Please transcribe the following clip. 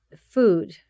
food